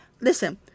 Listen